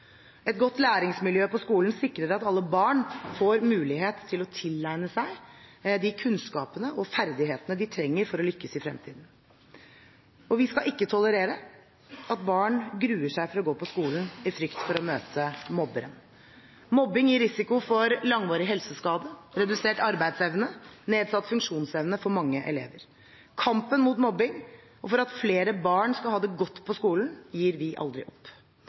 Et godt læringsmiljø på skolen sikrer at alle barn får mulighet til å tilegne seg de kunnskapene og ferdighetene de trenger for å lykkes i fremtiden. Vi skal ikke tolerere at barn gruer seg til å gå på skolen i frykt for å møte mobberen. Mobbing gir risiko for langvarig helseskade, redusert arbeidsevne og nedsatt funksjonsevne for mange elever. Kampen mot mobbing og for at flere barn skal ha det godt på skolen, gir vi aldri opp.